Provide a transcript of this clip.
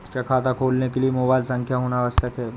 क्या खाता खोलने के लिए मोबाइल संख्या होना आवश्यक है?